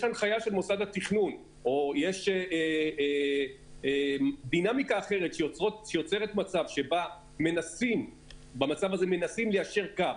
הנחייה של מוסד התכנון או יש דינמיקה אחרת שיוצרת מצב שבה מנסים ליישר קו,